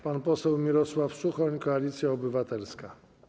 Pan poseł Mirosław Suchoń, Koalicja Obywatelska.